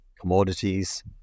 commodities